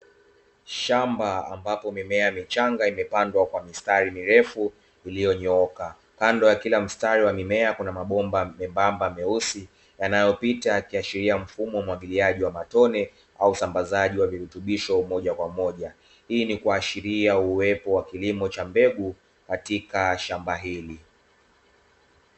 Shamba ambapo mimea michanga imepandwa kwa mistari mirefu iliyonyooka kando ya kila mstari wa mimea kuna mabomba membamba meusi, yanayopita kiashiria mfumo wa umwagiliaji wa matone au usambazaji wa virutubisho moja kwa moja, hii ni kuashiria uwepo wa kilimo cha mbegu katika shamba hili.